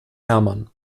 hermann